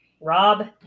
Rob